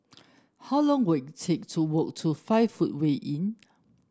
how long will it take to walk to Five Footway Inn